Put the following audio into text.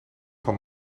van